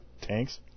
tanks